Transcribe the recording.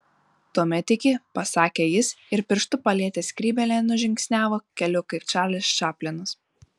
tuomet iki pasakė jis ir pirštu palietęs skrybėlę nužingsniavo keliu kaip čarlis čaplinas